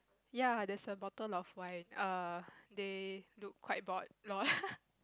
ya there's a bottle of wine err they look quite bored lol